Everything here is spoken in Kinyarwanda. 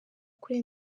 kuri